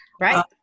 Right